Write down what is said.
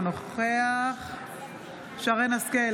אינו נוכח